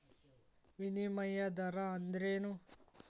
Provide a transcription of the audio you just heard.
ವಿನಿಮಯ ದರ ಅಂದ್ರೇನು?